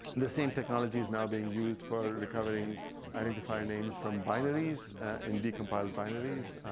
the same technology is now being used for recovering identifier names from binaries in decompiled binaries.